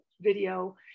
video